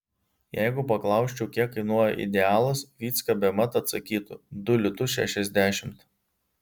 jeigu paklausčiau kiek kainuoja idealas vycka bemat atsakytų du litus šešiasdešimt